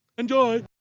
enjoy!